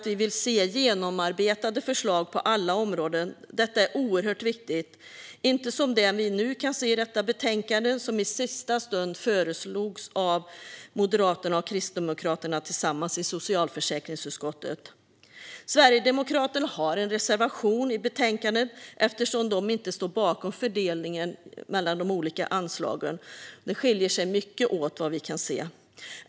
Vi vill se genomarbetade förslag på alla områden - det är oerhört viktigt - och inte som i detta betänkande, ett förslag som i sista stund lades fram av Moderaterna och Kristdemokraterna i socialförsäkringsutskottet. Sverigedemokraterna har en reservation i betänkandet eftersom de inte står bakom fördelningen av de olika anslagen. Vad vi kan se skiljer det sig mycket åt.